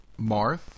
Marth